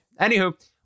Anywho